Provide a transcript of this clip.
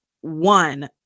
one